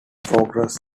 forages